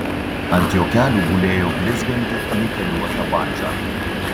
ant jo kelių gulėjo blizganti nikeliuota bandža